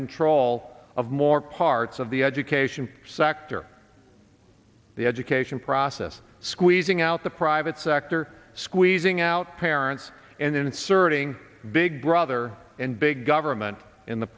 control of more parts of the education sector the education process squeezing out the private sector squeezing out parents and inserting big brother and big government in the